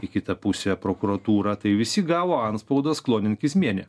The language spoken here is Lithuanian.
į kitą pusę prokuratūra tai visi gavo antspaudas kloninkismienė